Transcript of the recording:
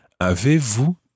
Avez-vous